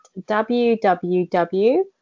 www